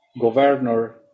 governor